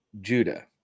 Judah